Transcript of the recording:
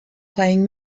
playing